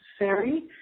necessary